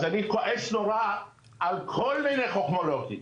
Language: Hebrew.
אז אני כועס נורא על כל מיני חכמולוגים,